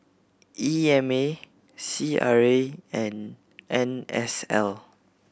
E M A C R A and N S L